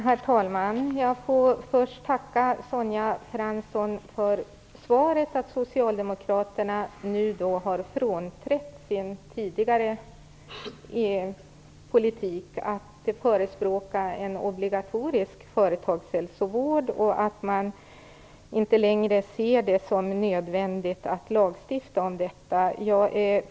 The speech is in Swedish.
Herr talman! Jag får först tacka Sonja Fransson för svaret att Socialdemokraterna nu har frånträtt sin tidigare politik att förespråka en obligatorisk företagshälsovård och att man inte längre ser det som nödvändigt att lagstifta om denna.